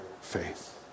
faith